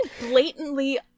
blatantly